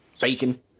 bacon